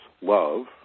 love